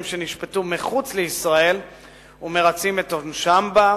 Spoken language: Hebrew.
שנשפטו מחוץ לישראל ומרצים את עונשם בה,